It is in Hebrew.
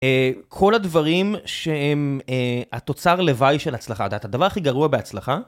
כל הדברים שהם התוצר לוואי של ההצלחה, אתה יודע, הדבר הכי גרוע בהצלחה...